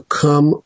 come